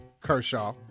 Kershaw